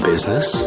Business